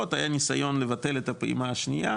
היה ניסיון לבטל את הפעימה השנייה,